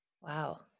Wow